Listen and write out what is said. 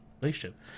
relationship